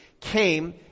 came